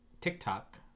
TikTok